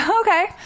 Okay